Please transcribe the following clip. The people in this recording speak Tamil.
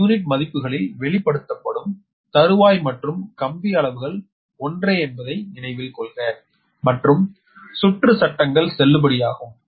ஒரு யூனிட் மதிப்புகளில் வெளிப்படுத்தப்படும் தறுவாய் மற்றும் கம்பி அளவுகள் ஒன்றே என்பதை நினைவில் கொள்க மற்றும் சுற்று சட்டங்கள் செல்லுபடியாகும்